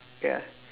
ya